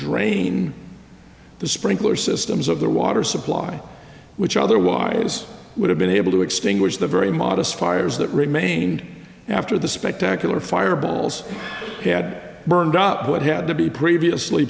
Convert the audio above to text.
drain the sprinkler systems of their water supply which otherwise would have been able to extinguish the very modest fires that remained after the spectacular fireballs had burned up but had to be previously